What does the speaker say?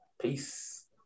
Peace